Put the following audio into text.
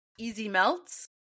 easymelt's